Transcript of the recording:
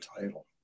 title